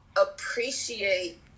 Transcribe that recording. appreciate